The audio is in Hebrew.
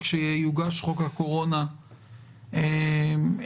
כשיוגש חוק הקורונה החדש,